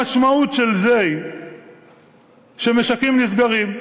המשמעות של זה היא שמשקים נסגרים,